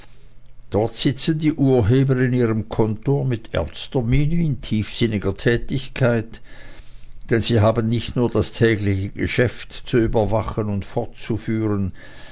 dort sitzen die urheber in ihrem comptoir mit ernster miene in tiefsinniger tätigkeit denn sie haben nicht nur das tägliche geschäft zu überwachen und fortzuführen